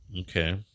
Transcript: Okay